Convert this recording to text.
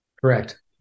Correct